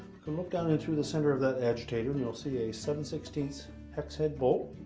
can look down into the center of that agitator and you'll see a seven sixteen hex-head bolt.